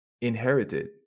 inherited